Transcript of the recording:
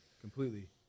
Completely